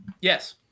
Yes